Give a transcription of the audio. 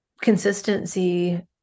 consistency